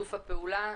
שיתוף הפעולה.